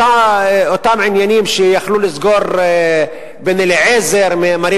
אותם עניינים שיכלו לסגור בן-אליעזר שמרים